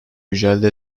mücadele